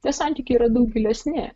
tie santykiai yra daug gilesni